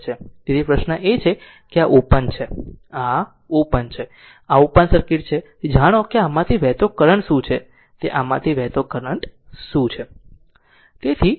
તેથી પ્રશ્ન એ છે કે આ ઓપન છે આ આ ઓપન છે તેથી આ ઓપન સર્કિટ છે તેથી જાણો કે આમાંથી વહેતો કરંટ શું છે તે આમાંથી વહેતો કરંટ શું છે